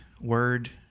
word